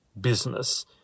business